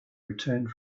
returned